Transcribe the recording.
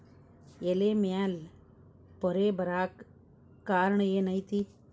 ಎಲೆ ಮ್ಯಾಲ್ ಪೊರೆ ಬರಾಕ್ ಕಾರಣ ಏನು ಐತಿ?